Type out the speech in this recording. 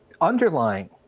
underlying